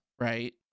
Right